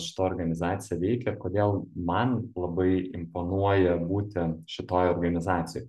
šita organizacija veikia kodėl man labai imponuoja būti šitoj organizacijoj